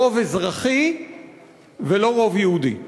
רוב אזרחי ולא רוב יהודי.